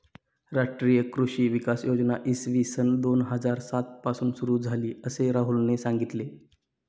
राष्ट्रीय कृषी विकास योजना इसवी सन दोन हजार सात पासून सुरू झाली, असे राहुलने सांगितले